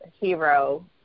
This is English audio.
hero